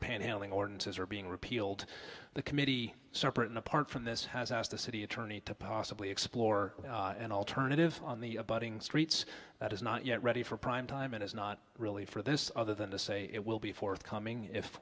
panhandling ordinances are being repealed the committee separate and apart from this has asked the city attorney to possibly explore an alternative on the streets that is not yet ready for prime time it is not really for this other than to say it will be forthcoming if